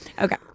Okay